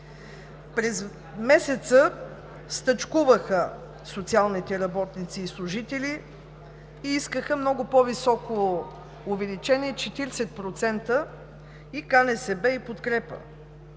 През месеца стачкуваха социалните работници и служители и искаха много по-високо увеличение – 40% и КНСБ, и „Подкрепа“.